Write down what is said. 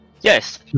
Yes